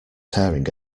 tearing